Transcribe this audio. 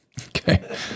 Okay